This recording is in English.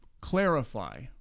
clarify